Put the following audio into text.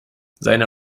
seine